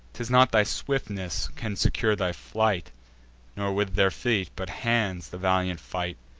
t is not thy swiftness can secure thy flight not with their feet, but hands, the valiant fight.